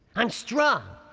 i'm strong!